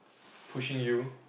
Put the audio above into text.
pushing you